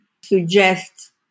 suggest